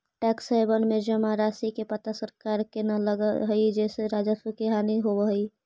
tax haven में जमा राशि के पता सरकार के न लगऽ हई जेसे राजस्व के हानि होवऽ हई